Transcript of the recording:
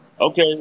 Okay